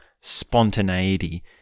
spontaneity